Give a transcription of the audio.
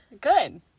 Good